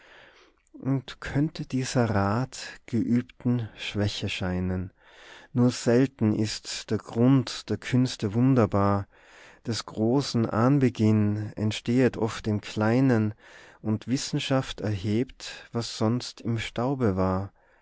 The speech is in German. und könnte dieser rat geübten schwäche scheinen nur selten ist der grund der künste wunderbar des großen anbeginn entstehet oft im kleinen und wissenschaft erhebt was sonst im staube war